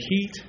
heat